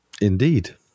Indeed